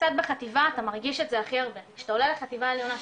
קצת בחטיבה אתה מרגיש את זה הכי הרבה כשאתה עולה לחטיבה העליונה,